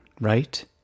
right